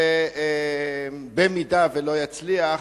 ואם לא יצליח,